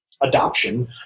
Adoption